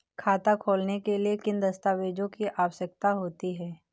खाता खोलने के लिए किन दस्तावेजों की आवश्यकता होती है?